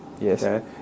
Yes